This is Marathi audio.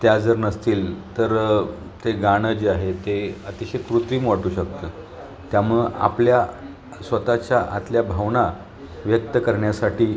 त्या जर नसतील तर ते गाणं जे आहे ते अतिशय कृत्रिम वाटू शकतं त्यामुळं आपल्या स्वतःच्या आतल्या भावना व्यक्त करण्यासाठी